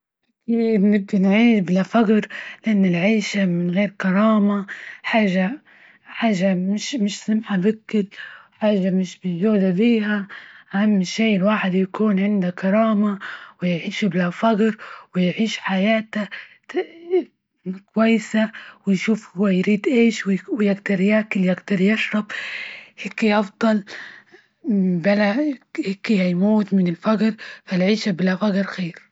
أكيد نبغي نعيش بلا فجر لإن العيشة من غير كرامة حاجة- حاجة مش -مش سمحة ،وكل حاجة مش بالجودة بيها، أهم شيء الواحد يكون عنده كرامة، ويعيش بلا فجر، ويعيش حياته كويسة ،ويشوف هو يريد إيش ويجدر ياكل، يجدر يشرب، هيك يفضل هيموت من الفجر فالعيشة بلا فجر خير.